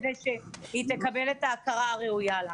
כדי שהיא תקבל את ההכרה הראויה הזאת.